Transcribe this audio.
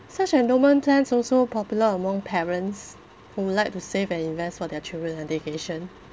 such endowment plans also popular among parents who would like to save and invest for their children education